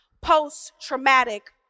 post-traumatic